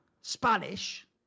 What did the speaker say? spanish